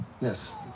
Yes